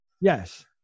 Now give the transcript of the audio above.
Yes